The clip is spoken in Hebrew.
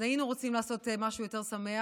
אז היינו רוצים לעשות משהו יותר שמח,